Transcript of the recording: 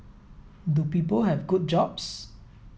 do people have good jobs